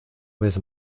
vez